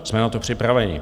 Jsme na to připraveni.